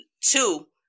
two